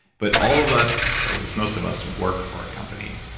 but all of us or at least most of us work for a company.